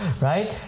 right